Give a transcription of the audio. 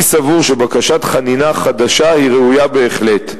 אני סבור שבקשת חנינה חדשה היא ראויה בהחלט.